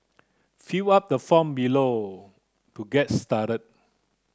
fill up the form below to get started